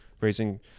raising